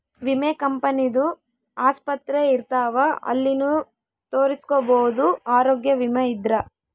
ವಿಮೆ ಕಂಪನಿ ದು ಆಸ್ಪತ್ರೆ ಇರ್ತಾವ ಅಲ್ಲಿನು ತೊರಸ್ಕೊಬೋದು ಆರೋಗ್ಯ ವಿಮೆ ಇದ್ರ